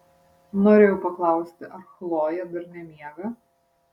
norėjau paklausti ar chlojė dar nemiega